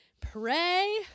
pray